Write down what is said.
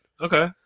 Okay